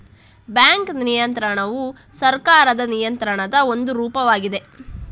bank ನಿಯಂತ್ರಣವು ಸರ್ಕಾರದ ನಿಯಂತ್ರಣದ ಒಂದು ರೂಪವಾಗಿದೆ